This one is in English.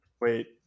Wait